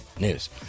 News